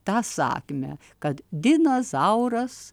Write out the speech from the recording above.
tą sakmę kad dinozauras